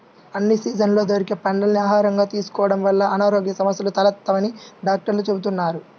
అన్ని సీజన్లలో దొరికే పండ్లని ఆహారంగా తీసుకోడం వల్ల అనారోగ్య సమస్యలు తలెత్తవని డాక్టర్లు చెబుతున్నారు